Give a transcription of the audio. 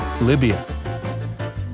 Libya